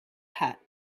hat